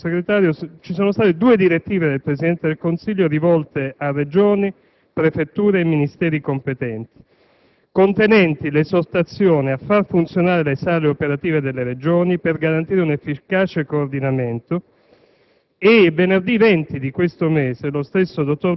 che nel giugno di quest'anno - lo ricordava anche il Sottosegretario - ci sono state due direttive del Presidente del Consiglio rivolte a Regioni, prefetture e Ministeri competenti, contenenti l'esortazione a far funzionare le sale operative delle Regioni per garantire un efficace coordinamento.